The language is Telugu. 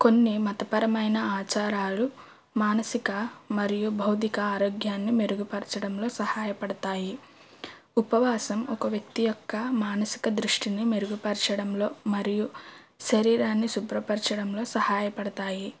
కొన్ని మతపరమైన ఆచారాలు మానసిక మరియు భౌతిక ఆరోగ్యాన్ని మెరుగుపరచడంలో సహాయపడుతాయి ఉపవాసం ఒక వ్యక్తి యొక్క మానసిక దృష్టిని మెరుగుపరచడంలో మరియు శరీరాన్ని శుభ్రపరచడంలో సహాయపడుతాయి